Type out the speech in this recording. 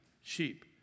sheep